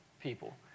People